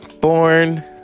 Born